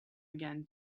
again